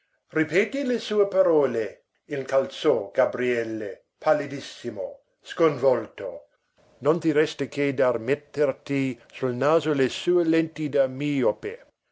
ripeti le sue parole incalzò gabriele pallidissimo sconvolto non ti resta che da metterti sul naso le sue lenti da miope